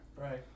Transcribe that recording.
Right